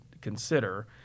consider